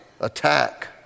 attack